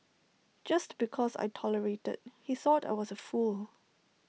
just because I tolerated he thought I was A fool